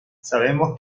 sabemos